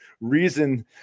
reason